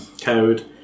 code